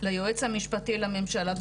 --- ליועץ המשפטי לממשלה.